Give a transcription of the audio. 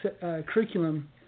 curriculum